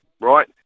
right